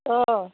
অঁ